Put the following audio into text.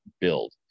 build